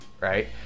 right